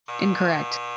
Incorrect